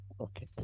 Okay